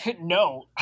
no